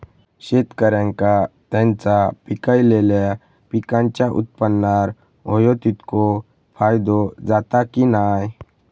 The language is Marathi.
शेतकऱ्यांका त्यांचा पिकयलेल्या पीकांच्या उत्पन्नार होयो तितको फायदो जाता काय की नाय?